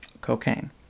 cocaine